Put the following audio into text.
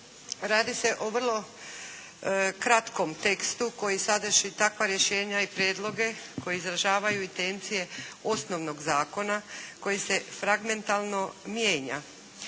Radi se o vrlo kratkom tekstu koji sadrži takva rješenja i prijedloge koji izražavaju intencije osnovnog zakona koji se fragmentalno mijenja,